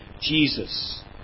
Jesus